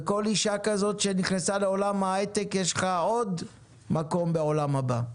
וכל אישה כזו שנכנסה לעולם ההיי-טק יש לך עוד מקום בעולם הבא,